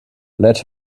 let